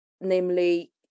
namely